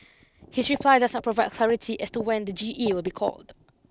his reply does not provide clarity as to when the G E will be called